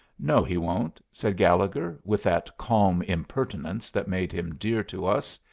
no, he won't, said gallegher, with that calm impertinence that made him dear to us.